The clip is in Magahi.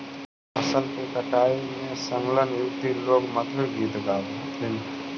फसल के कटाई में संलग्न युवति लोग मधुर गीत गावऽ हथिन